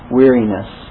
weariness